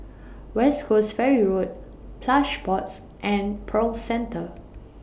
West Coast Ferry Road Plush Pods and Pearl Centre